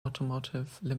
automotive